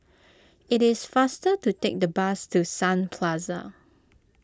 it is faster to take the bus to Sun Plaza